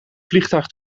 vliegtuig